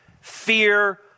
fear